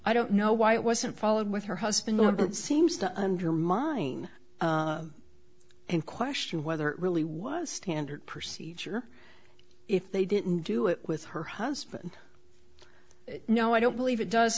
i don't know why it wasn't followed with her husband all of that seems to undermine and question whether it really was standard procedure if they didn't do it with her husband no i don't believe it does